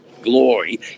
glory